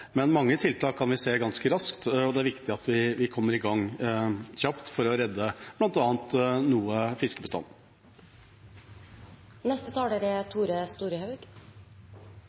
men mange tiltak kan vi se resultatene av ganske raskt, og det er viktig at vi kommer i gang kjapt for å redde bl.a. noe